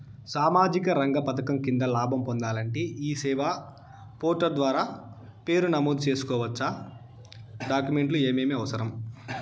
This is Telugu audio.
సామాజిక రంగ పథకం కింద లాభం పొందాలంటే ఈ సేవా పోర్టల్ ద్వారా పేరు నమోదు సేసుకోవచ్చా? డాక్యుమెంట్లు ఏమేమి అవసరం?